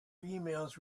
emails